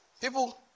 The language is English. people